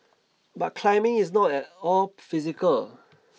but climbing is not at all physical